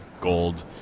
gold